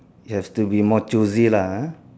yes to be more choosy lah ah